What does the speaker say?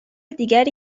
دیگری